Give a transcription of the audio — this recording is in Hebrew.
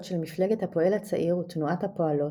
של מפלגת הפועל הצעיר ותנועת הפועלות,